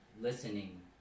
Listening